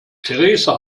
theresa